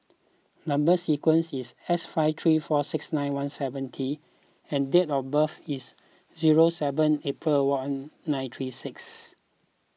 Number Sequence is S five three four six nine one seven T and date of birth is zero seven April one nine three six